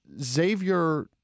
Xavier